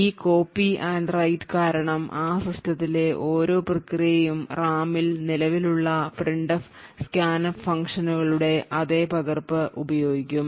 ഈ copy and write കാരണം ആ സിസ്റ്റത്തിലെ ഓരോ പ്രക്രിയയും റാമിൽ നിലവിലുള്ള printf scanf ഫംഗ്ഷനുകളുടെ അതേ പകർപ്പ് ഉപയോഗിക്കും